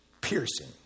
piercing